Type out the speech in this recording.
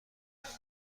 دارند